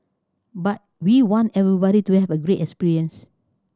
but we want everybody to have a great experience